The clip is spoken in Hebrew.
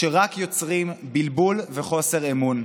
שרק יוצרים בלבול וחוסר אמון.